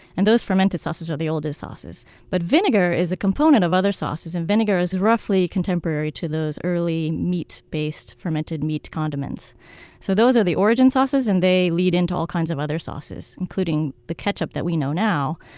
and those fermented sauces are the oldest sauces but vinegar is a component of other sauces. and vinegar is roughly contemporary to those early meat-based fermented meat condiments so those are the origin sauces. and they lead to all kinds of other sauces, including the ketchup that we know now,